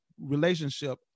relationship